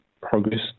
progress